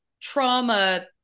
trauma